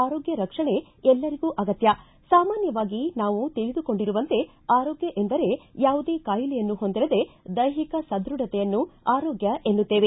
ಆರೋಗ್ಡ ರಕ್ಷಣೆ ಎಲ್ಲರಿಗೂ ಅಗತ್ತ್ ಸಾಮಾನ್ಟವಾಗಿ ನಾವು ತಿಳಿದುಕೊಂಡಿರುವಂತೆ ಆರೋಗ್ಡ ಎಂದರೆ ಯಾವುದೇ ಕಾಯಿಲೆಯನ್ನು ಹೊಂದಿರದೆ ದೈಹಿಕ ಸದೃಢತೆಯನ್ನು ಆರೋಗ್ಯ ಎನ್ನುತ್ತೇವೆ